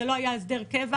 זה לא היה הסדר קבע.